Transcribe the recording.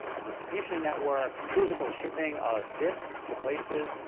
a distribution network, physical shipping of discs to places,